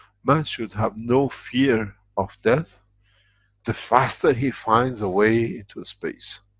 man should have no fear of death the faster he finds a way to space,